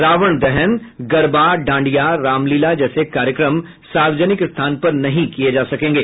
रावण दहन गरबा डांडिया रामलीला जैसे कार्यक्रम सार्वजनिक स्थान पर नहीं किये जा सकेंगे